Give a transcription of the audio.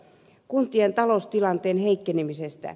kuntien taloustilanteen heikkenemisestä